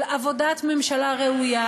של עבודת ממשלה ראויה.